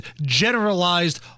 generalized